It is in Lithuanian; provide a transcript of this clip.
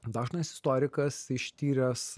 dažnas istorikas ištyręs